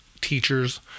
teachers